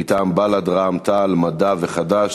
מטעם בל"ד, רע"ם-תע"ל-מד"ע וחד"ש.